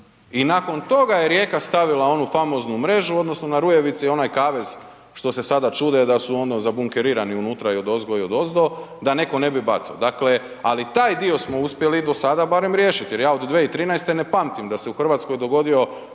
i nakon toga je Rijeka stavila onu famoznu mrežu odnosno na Rujevici onaj kavez što se sada čude da su ono zabunkerirani unutra i odozgo i odozdo da netko ne bi bacio. Dakle, ali taj dio smo uspjeli do sada barem riješiti, jer ja od 2013. ne pamtim da se u Hrvatskoj dogodio